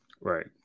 Right